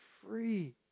free